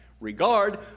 regard